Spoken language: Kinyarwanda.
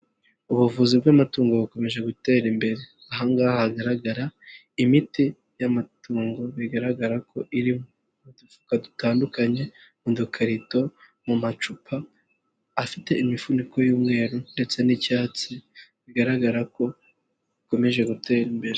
Ubuvuzi bw'amatungo bukomeje gutera imbere aha ngaha hagaragara imiti y'amatungo, bigaragara ko iri mu dufuka dutandukanye, mu dukarito, mu macupa afite imifuniko y'umweru ndetse n'icyatsi, bigaragara ko bikomeje gutera imbere.